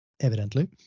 Evidently